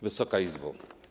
Wysoka Izbo!